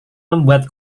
membuat